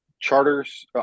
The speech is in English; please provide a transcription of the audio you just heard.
charters